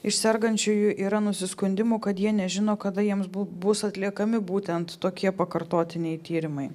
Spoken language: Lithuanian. iš sergančiųjų yra nusiskundimų kad jie nežino kada jiems bus atliekami būtent tokie pakartotiniai tyrimai